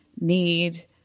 need